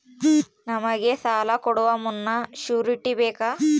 ನಮಗೆ ಸಾಲ ಕೊಡುವ ಮುನ್ನ ಶ್ಯೂರುಟಿ ಬೇಕಾ?